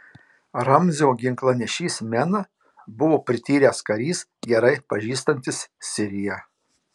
ramzio ginklanešys mena buvo prityręs karys gerai pažįstantis siriją